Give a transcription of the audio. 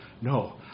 No